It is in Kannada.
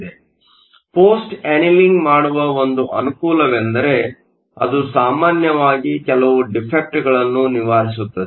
ಆದ್ದರಿಂದ ಪೋಸ್ಟ್ ಅನೀಲಿಂಗ್ ಮಾಡುವ ಒಂದು ಅನುಕೂಲವೆಂದರೆ ಅದು ಸಾಮಾನ್ಯವಾಗಿ ಕೆಲವು ಡಿಫೆಕ್ಟ್ಗಳನ್ನು ನಿವಾರಿಸುತ್ತದೆ